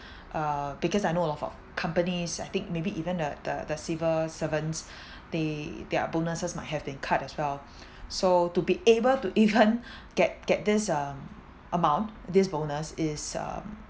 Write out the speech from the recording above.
uh because I know a lot of companies I think maybe even the the the civil servants they their bonuses might have been cut as well so to be able to even get get this um amount this bonus is um